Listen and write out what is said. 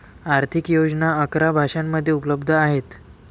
आर्थिक योजना अकरा भाषांमध्ये उपलब्ध आहेत